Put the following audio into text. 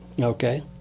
Okay